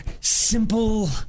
simple